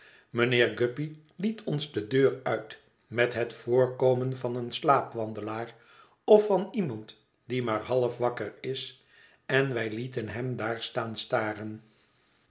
mijnheer guppy liet ons de deur uit met het voorkomen van een slaapwandelaar of van iemand die maar half wakker is en wij lieten hem daar staan staren